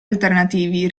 alternativi